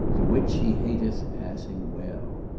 the which he hateth passing well.